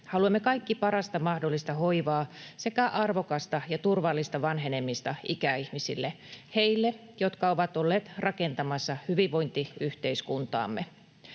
Haluamme kaikki parasta mahdollista hoivaa sekä arvokasta ja turvallista vanhenemista ikäihmisille, heille, jotka ovat olleet rakentamassa hyvinvointiyhteiskuntaamme.